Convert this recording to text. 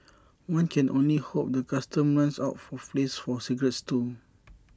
one can only hope the Customs runs out for place for cigarettes too